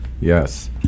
Yes